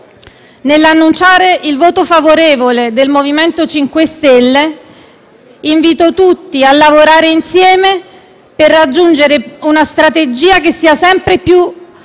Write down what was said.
Nel dichiarare il voto favorevole del MoVimento 5 Stelle, invito tutti a lavorare insieme per raggiungere una strategia che sia sempre più